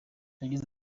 yagize